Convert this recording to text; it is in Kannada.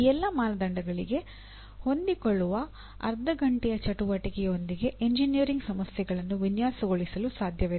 ಈ ಎಲ್ಲ ಮಾನದಂಡಗಳಿಗೆ ಹೊಂದಿಕೊಳ್ಳುವ ಅರ್ಧ ಘಂಟೆಯ ಚಟುವಟಿಕೆಯೊಂದಿಗೆ ಎಂಜಿನಿಯರಿಂಗ್ ಸಮಸ್ಯೆಗಳನ್ನು ವಿನ್ಯಾಸಗೊಳಿಸಲು ಸಾಧ್ಯವಿಲ್ಲ